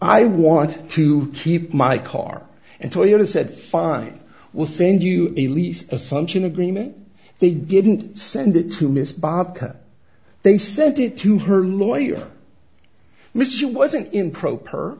i want to keep my car and toyota said fine we'll send you a lease asuncion agreement they didn't send it to miss bob they sent it to her lawyer miss she wasn't in